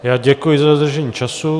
Já děkuji za dodržení času.